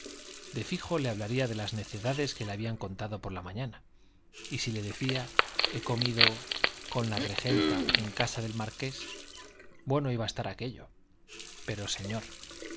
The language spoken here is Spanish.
de fijo le hablaría de las necedades que le habían contado por la mañana y si le decía he comido con la regenta en casa del marqués bueno iba a estar aquello pero señor